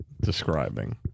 describing